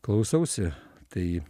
klausausi tai